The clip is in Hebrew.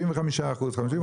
75 אחוזים,